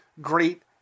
great